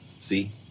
See